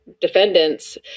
defendants